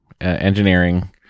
Engineering